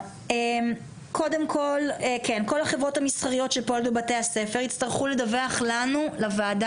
כל החברות המסחריות שפועלות בבתי הספר יצטרכו לדווח לוועדה.